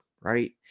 right